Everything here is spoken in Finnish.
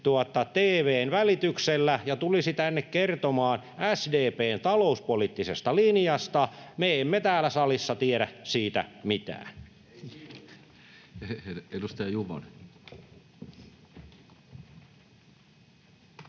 välityksellä ja tulisi tänne kertomaan SDP:n talouspoliittisesta linjasta. Me emme täällä salissa tiedä siitä mitään.